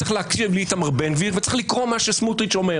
צריך להקשיב לאיתמר בן גביר וצריך לקרוא מה שאומר סמוטריץ.